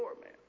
man